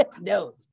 no